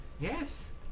yes